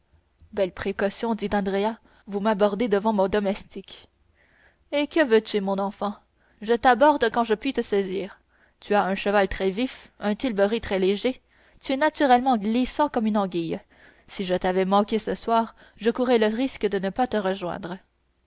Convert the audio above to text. belles précautions dit andrea vous m'abordez devant mon domestique eh que veux-tu mon enfant je t'aborde quand je puis te saisir tu as un cheval très vif un tilbury très léger tu es naturellement glissant comme une anguille si je t'avais manqué ce soir je courais risque de ne pas te rejoindre